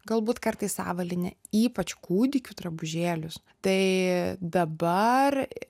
galbūt kartais avalynę ypač kūdikių drabužėlius tai dabar